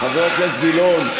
חבר הכנסת גילאון,